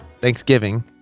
Thanksgiving